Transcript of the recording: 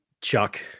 Chuck